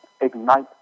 ignite